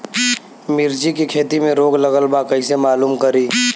मिर्ची के खेती में रोग लगल बा कईसे मालूम करि?